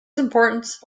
importance